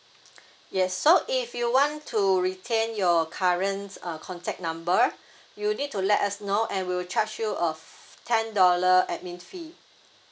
yes so if you want to retain your currents uh contact number you need to let us know and we will charge you a ten dollar admin fee